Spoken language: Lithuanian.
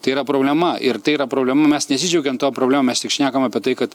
tai yra problema ir tai yra problema mes nesidžiaugiam tom problemom mes tik šnekam apie tai kad